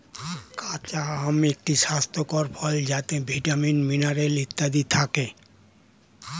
কাঁচা আম একটি স্বাস্থ্যকর ফল যাতে ভিটামিন, মিনারেল ইত্যাদি থাকে